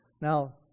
Now